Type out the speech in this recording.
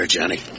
Johnny